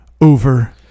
over